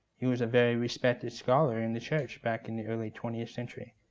he was a very respected scholar in the church back in the early twentieth century.